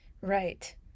Right